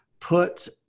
put